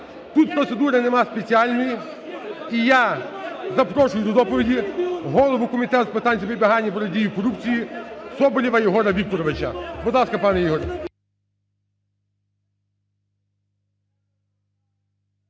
Тут процедури немає спеціальної, і я запрошую до доповіді голову Комітету з питань запобігання і протидії корупції Соболєва Єгора Вікторовича. Будь ласка, пане Єгоре.